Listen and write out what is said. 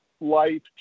life